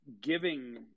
giving